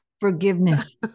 forgiveness